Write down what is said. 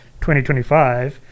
2025